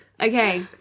Okay